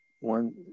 One